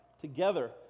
Together